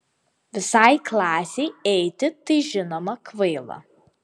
visai klasei eiti tai žinoma kvaila